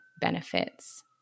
benefits